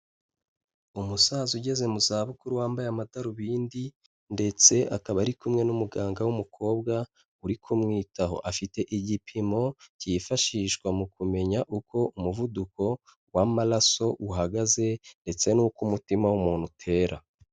Umusaza ugeze mu zabukuru wambaye amadarubindi ndetse akaba ari kumwe n'umuganga w'umukobwa uri kumwitaho. Afite igipimo cyifashishwa mu kumenya uko umuvuduko w'amaraso uhagaze ndetse n'uko umutima w'umuntu utera.